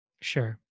Sure